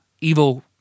evil